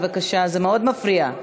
בבקשה, זה מאוד מפריע.